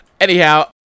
Anyhow